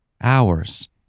hours